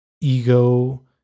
ego